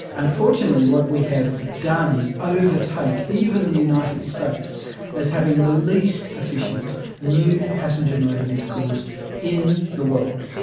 unfortunately what we have done is overtake even the united states as having the least efficient new passenger motor vehicles in the world.